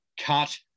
cut